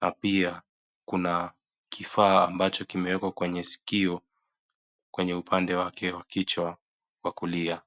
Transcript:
na pia kuna kifaa ambacho kimewekwa kwenye sikio, kwenye upande wake wa kichwa wa kulia.